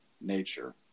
nature